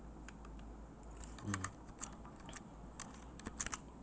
mm